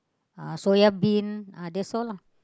uh soya bean uh that's all lah